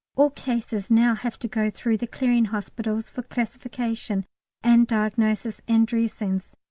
all cases now have to go through the clearing hospitals for classification and diagnosis and dressings,